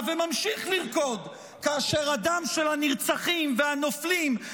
כי במשמרת של השמאל נטבחו כאן 1,500 ישראלים ביום